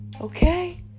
Okay